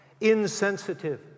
insensitive